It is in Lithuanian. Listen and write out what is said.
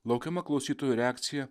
laukiama klausytojų reakcija